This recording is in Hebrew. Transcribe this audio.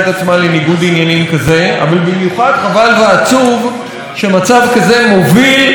אבל במיוחד חבל ועצוב שמצב כזה מוביל חקיקה בכנסת ישראל.